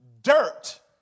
dirt